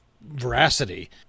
veracity